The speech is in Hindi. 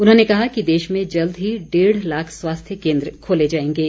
उन्होंने कहा कि देश में जल्द ही डेढ़ लाख स्वास्थ्य केन्द्र खोले जाएंगे